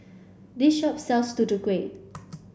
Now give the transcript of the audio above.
this shop sells Tutu Kueh